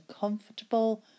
comfortable